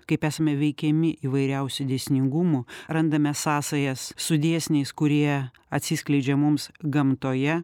kaip esame veikiami įvairiausių dėsningumų randame sąsajas su dėsniais kurie atsiskleidžia mums gamtoje